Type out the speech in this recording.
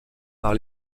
par